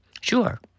Sure